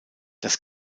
das